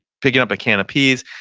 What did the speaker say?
picking up a can of peas.